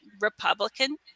Republican